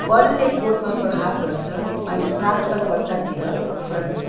बलले कोर्टमा प्रहार गर्छ अनि प्राप्तकर्तातिर उफ्रन्छ